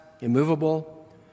immovable